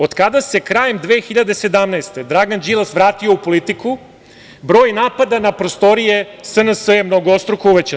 Od kada se krajem 2017. godine Dragan Đilas vratio u politiku, broj napada na prostorije SNS je mnogostruko uvećan.